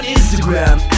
Instagram